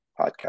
Podcast